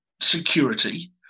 security